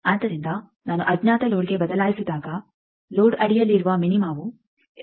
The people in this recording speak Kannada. ಆದ್ದರಿಂದ ನಾನು ಅಜ್ಞಾತ ಲೋಡ್ಗೆ ಬದಲಾಯಿಸಿದಾಗ ಲೋಡ್ ಅಡಿಯಲ್ಲಿರುವ ಮಿನಿಮವು 2